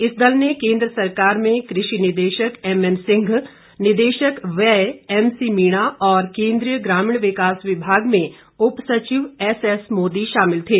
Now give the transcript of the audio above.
इस दल ने केंद्र सरकार में कृषि निदेशक एमएन सिंह निदेशक व्यय एससी मीणा और केंद्रीय ग्रामीण विकास विभाग में उप सचिव एसएस मोदी शामिल थे